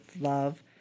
love